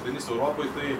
vinis europoj tai